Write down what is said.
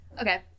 Okay